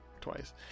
twice